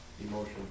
emotion